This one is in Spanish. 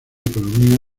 economía